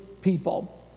people